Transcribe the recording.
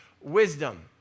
wisdom